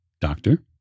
Doctor